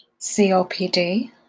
COPD